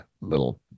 little